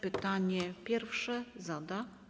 Pytanie pierwsze zada.